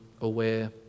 aware